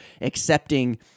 accepting